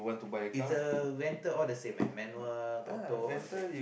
either rental all is the same uh manual auto all the same